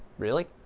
really?